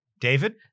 David